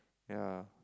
ya